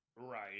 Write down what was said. right